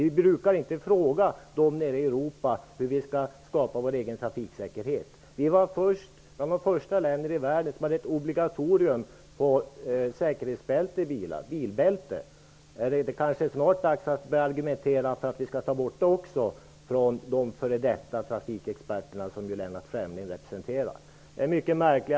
Vi brukar inte fråga dem nere i Europa hur vi skall skapa vår egen trafiksäkerhet. Vi var bland de första länderna i världen med att införa obligatorium när det gäller bilbälten. Kanske det snart är dags att börja argumentera med de f.d. trafikexperterna, som ju Lennart Fremling representerar, för att också bilbälteskravet skall tas bort. Lennart Fremlings argumentation är mycket märklig.